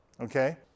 okay